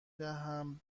دهم